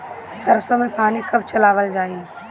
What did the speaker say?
सरसो में पानी कब चलावल जाई?